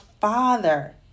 father